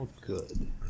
good